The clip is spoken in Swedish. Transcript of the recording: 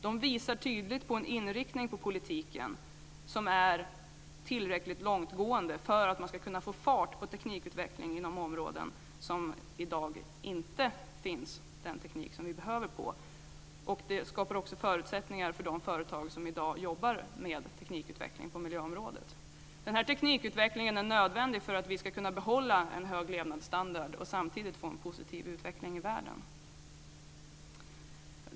De visar tydligt på en inriktning på politiken som är tillräckligt långtgående för att man ska kunna få fart på teknikutvecklingen inom områden där det i dag inte finns den teknik vi behöver. Det skapar också förutsättningar för de företag som i dag jobbar med teknikutveckling på miljöområdet. Denna teknikutveckling är nödvändig för att vi ska kunna behålla en hög levnadsstandard och samtidigt få en positiv utveckling i världen.